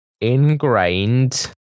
ingrained